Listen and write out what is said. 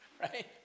right